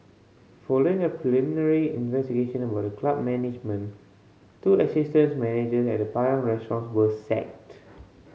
following a preliminary investigation by the club management two assistants manager at the Padang Restaurant were sacked